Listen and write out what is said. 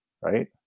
right